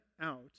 out